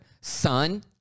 son